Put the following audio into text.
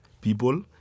people